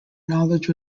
knowledge